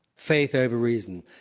faith over reason.